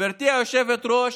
גברתי היושבת-ראש,